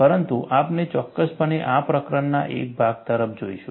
પરંતુ આપણે ચોક્કસપણે આ પ્રકરણના એક ભાગ તરીકે જોઈશું